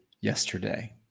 yesterday